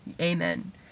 Amen